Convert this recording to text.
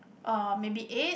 uh maybe eight